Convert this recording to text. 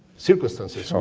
circumstances. so